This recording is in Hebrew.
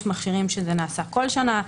יש מכשירים שזה נעשה בהם כל שנה,